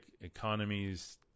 economies